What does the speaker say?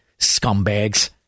Scumbags